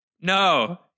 No